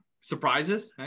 surprises